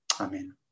Amen